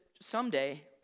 someday